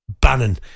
Bannon